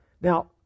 Now